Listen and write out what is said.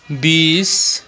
बिस